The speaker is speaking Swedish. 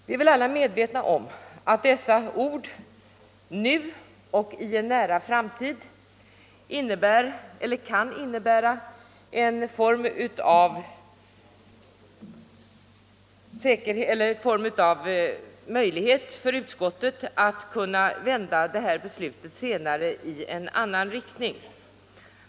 Vi är väl alla medvetna om att orden ”nu” och ”i en nära framtid” innebär eller kan innebära en form av möjlighet för utskottet att senare vända det här beslutet i en annan riktning.